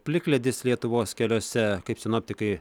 plikledis lietuvos keliuose kaip sinoptikai